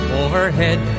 overhead